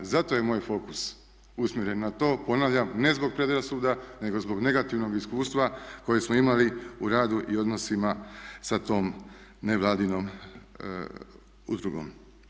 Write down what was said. Zato je moj fokus usmjeren na to, ponavljam, ne zbog predrasuda nego zbog negativnog iskustva koje smo imali u radu i odnosima sa tom ne vladinom udrugom.